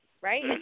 right